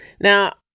Now